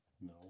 No